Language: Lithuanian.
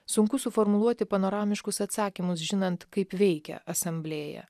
sunku suformuluoti panoramiškus atsakymus žinant kaip veikia asamblėja